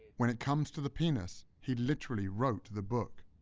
when it comes to the penis, he literally wrote the book.